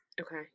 Okay